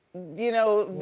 you know,